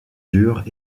dure